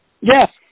Yes